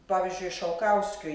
pavyzdžiui šalkauskiui